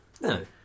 No